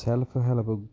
self help